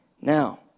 Now